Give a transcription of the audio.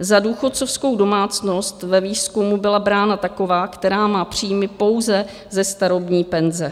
Za důchodcovskou domácnost ve výzkumu byla brána taková, která má příjmy pouze ze starobní penze.